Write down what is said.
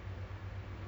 you know